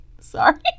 Sorry